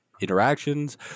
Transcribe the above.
interactions